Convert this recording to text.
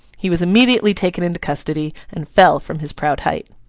he was immediately taken into custody and fell from his proud height.